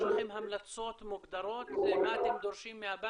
יש לכם המלצות מוגדרות מה אתם דורשים מהבנקים?